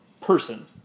person